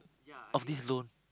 of this loan